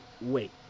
wait